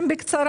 בקצרה.